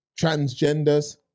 transgenders